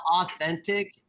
authentic